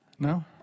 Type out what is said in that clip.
No